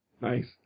Nice